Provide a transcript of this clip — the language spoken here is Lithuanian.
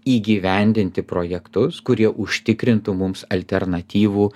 įgyvendinti projektus kurie užtikrintų mums alternatyvų